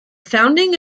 founding